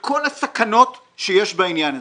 הציג את כל הסכנות שיש בעניין הזה.